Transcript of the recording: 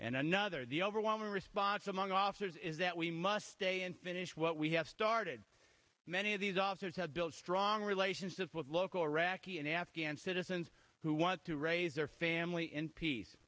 and another the overwhelming response among officers is that we must stay and finish what we have started many of these officers have built strong relationships with local iraqi and afghan citizens who want to raise their family in peace